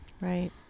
Right